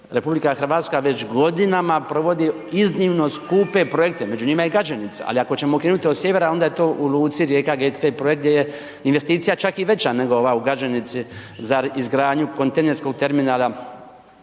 maloprije naveo, RH već godinama provodi iznimno skupe projekte, među njima je i Gaženica, ali ako ćemo krenuti od sjevera onda je to u luci Rijeka GT projekt gdje je investicija čak veća nego ova u Gaženici za izgradnju kontejnerskog terminala